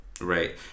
Right